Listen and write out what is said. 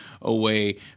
away